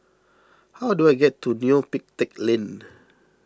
how do I get to Neo Pee Teck Lane